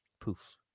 Poof